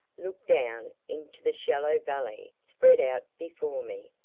looked down into the shallow valley spread out before me.